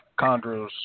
chondros